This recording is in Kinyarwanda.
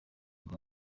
iri